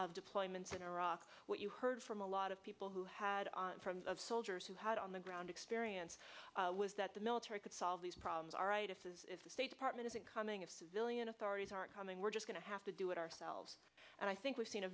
of deployments in iraq what you heard from a lot of people who had of soldiers who had on the ground experience was that the military could solve these problems all right if his if the state department isn't coming a civilian authorities aren't coming we're just going to have to do it ourselves and i think we've seen a